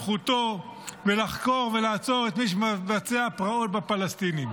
סמכותו ולחקור ולעצור את מי שמבצע פרעות בפלסטינים?